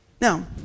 Now